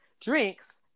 drinks